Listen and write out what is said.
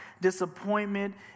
disappointment